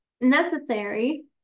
necessary